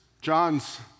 John's